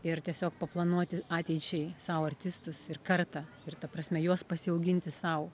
ir tiesiog paplanuoti ateičiai sau artistus ir kartą ir ta prasme juos pasiauginti sau